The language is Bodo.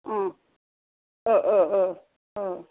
अ औ औ